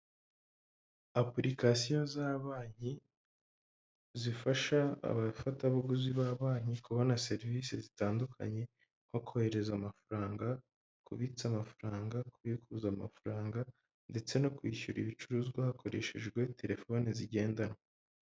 Apulikasiyo za Banki zifasha abafatabuguzi ba Banki kubona serivisi zitandukanye, nko kohereza amafaranga, kubitsa amafaranga, kubikuza amafaranga, ndetse no kwishyura ibicuruzwa hakoreshejwe telefoni zigendanwa.